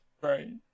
Right